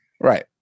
Right